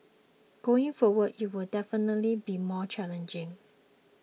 going forward it will definitely be more challenging